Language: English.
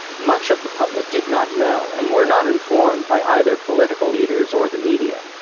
much of the public did not know, and were not informed by either political leaders or the media,